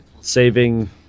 saving